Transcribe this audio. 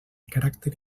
caràcter